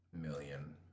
Million